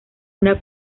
una